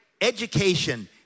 education